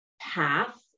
path